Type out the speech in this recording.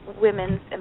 women's